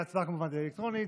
ההצבעה כמובן אלקטרונית.